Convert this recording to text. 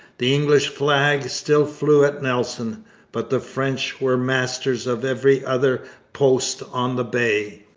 the english flag still flew at nelson but the french were masters of every other post on the bay.